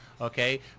okay